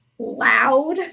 loud